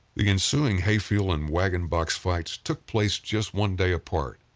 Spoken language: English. the ensuing hayfield and wagon box fights took place just one day apart,